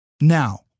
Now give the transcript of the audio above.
now